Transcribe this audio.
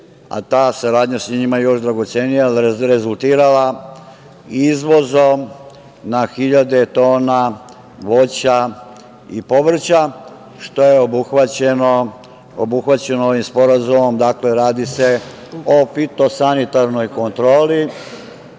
a ta saradnja sa njima je još dragocenija jer je rezultirala izvozom na hiljade tona voća i povrća, što je obuhvaćeno ovim sporazumom. Radi se o fitosanitarnoj kontroli